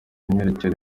imyiyerekano